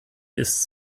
ist